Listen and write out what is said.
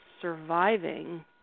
surviving